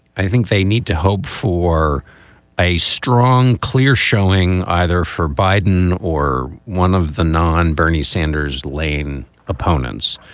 i think they need to hope for a strong clear showing either for biden or one of the non bernie sanders lane opponents,